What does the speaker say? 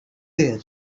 there